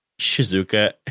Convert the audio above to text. Shizuka